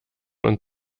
und